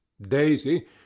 daisy